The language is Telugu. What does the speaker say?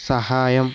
సహాయం